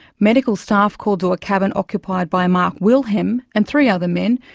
medical staff called to a cabin occupied by mark wilhelm and three other men,